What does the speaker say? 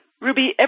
Ruby